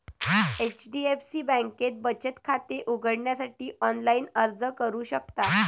HDFC बँकेत बचत खाते उघडण्यासाठी ऑनलाइन अर्ज करू शकता